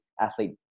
athlete